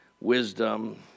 wisdom